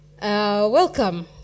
Welcome